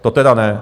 To tedy ne!